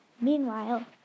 Meanwhile